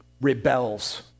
rebels